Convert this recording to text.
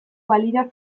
balira